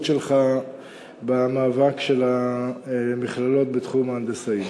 שלך במאבק של המכללות בתחום ההנדסאים.